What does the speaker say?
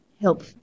help